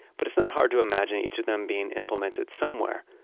but it's not hard to imagine each of them being implemented somewhere.